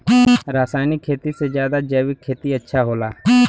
रासायनिक खेती से ज्यादा जैविक खेती अच्छा होला